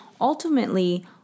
ultimately